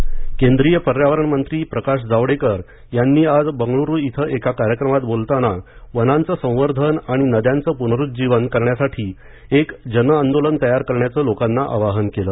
प्रकाश जावडेकर केंद्रीय पर्यावरण मंत्री प्रकाश जावडेकर यांनी आज बंगलुरु इथं एका कार्यक्रमात बोलताना वनांच संवर्धन आणि नद्यांचं पुनरूज्जीवन करण्यासाठी एक जन आंदोलन तयार करण्याचं लोकांना आवाहन केलं